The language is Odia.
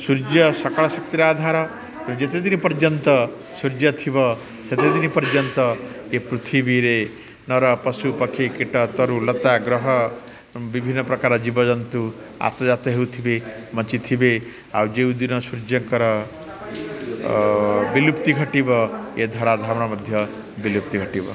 ସୂର୍ଯ୍ୟ ସକଳ ଶକ୍ତିରା ଆଧାର ଯେତେ ଦିନି ପର୍ଯ୍ୟନ୍ତ ସୂର୍ଯ୍ୟ ଥିବ ସେତେଦିନି ପର୍ଯ୍ୟନ୍ତ ଏ ପୃଥିବୀରେ ନର ପଶୁପକ୍ଷୀ କୀଟ ତରୁଲତା ଗ୍ରହ ବିଭିନ୍ନ ପ୍ରକାର ଜୀବଜନ୍ତୁ ଆତଜାତ ହେଉଥିବେ ବଞ୍ଚିଥିବେ ଆଉ ଯେଉଁଦିନ ସୂର୍ଯ୍ୟଙ୍କର ବିଲୁପ୍ତି ଘଟିବ ଏ ଧରାଧାମ ମଧ୍ୟ ବିଲୁପ୍ତି ଘଟିବ